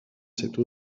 cette